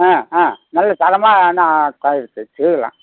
ஆ ஆ நல்லா தரமாக ஆனால் குவாலிட்டி செய்யலாம்